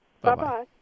Bye-bye